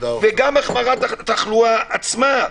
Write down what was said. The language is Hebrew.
גם החמרת התחלואה עצמה.